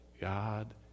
God